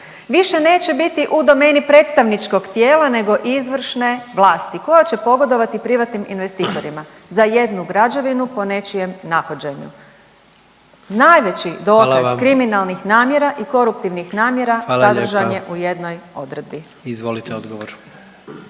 više neće biti u domeni predstavničkog tijela nego izvršne vlasti koja će pogodovati privatnim investitorima za jednu građevinu po nečijem nahođenju. Najveći dokaz …/Upadica: Hvala vam./… kriminalnih namjera i koruptivnih namjera …/Upadica: Hvala lijepa./…